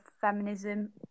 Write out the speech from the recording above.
feminism